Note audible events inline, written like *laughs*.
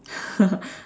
*laughs*